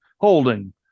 Holding